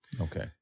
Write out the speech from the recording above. Okay